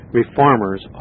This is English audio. Reformers